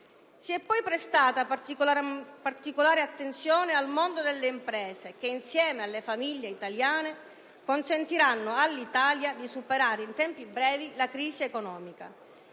Si è poi prestata particolare attenzione al mondo delle imprese che, insieme alle famiglie italiane, consentiranno all'Italia di superare in tempi brevi la crisi economica.